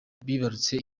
bibarutse